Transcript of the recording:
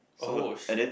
oh shit